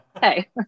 hey